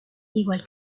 igual